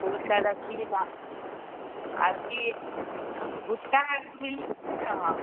खोल कर रखिएगा ऐसी भुट्टा मिलता है वहाँ पर